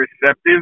receptive